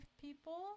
people